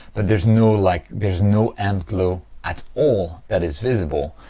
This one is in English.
but there's no like there's no amp glow at all that is visible,